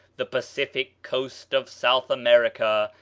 the pacific coast of south america,